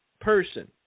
person